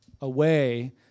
away